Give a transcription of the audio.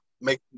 make